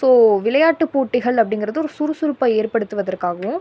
so விளையாட்டுப் போட்டிகள் அப்படிங்கிறது ஒரு சுறுசுறுப்பை ஏற்படுத்துவதற்காகவும்